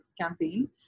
campaign